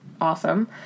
awesome